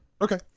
Okay